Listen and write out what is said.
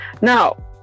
now